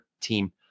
team